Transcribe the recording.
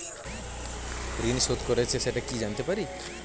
ঋণ শোধ করেছে সেটা কি জানতে পারি?